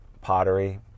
pottery